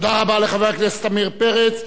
תודה רבה לחבר הכנסת עמיר פרץ.